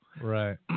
Right